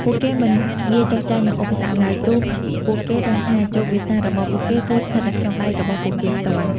ពួកគេមិនងាយចុះចាញ់នឹងឧបសគ្គឡើយ ព្រោះពួកគេដឹងថាជោគវាសនារបស់ពួកគេគឺស្ថិតនៅក្នុងដៃរបស់ពួកគេផ្ទាល់។